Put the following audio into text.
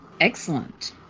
excellent